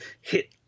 hit